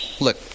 Look